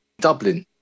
Dublin